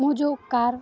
ମୁଁ ଯେଉଁ କାର୍